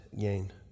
gain